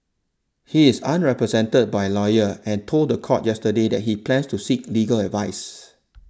he is unrepresented by a lawyer and told the court yesterday that he plans to seek legal advice